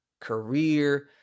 career